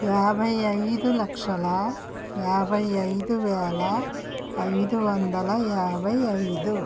యాభై ఐదు లక్షలా యాభై ఐదు వేలా ఐదు వందల యాభై ఐదు